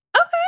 Okay